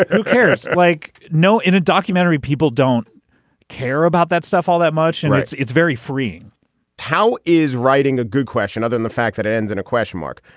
who cares. like no in a documentary people don't care about that stuff all that much. and it's it's very freeing tao is writing a good question other than the fact that it ends in a question mark.